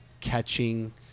catching